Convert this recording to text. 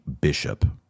bishop